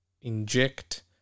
inject